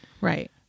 right